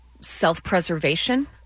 self-preservation